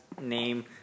name